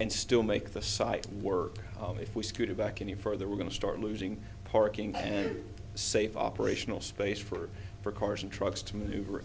and still make the site work if we scooted back any further we're going to start losing parking and safe operational space for for cars and trucks to m